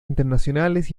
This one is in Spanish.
internacionales